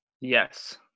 Yes